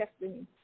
destiny